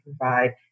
provide